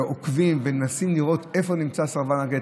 עוקבים ומנסים לראות איפה נמצא סרבן הגט,